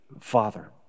Father